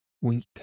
weak